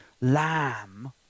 lamb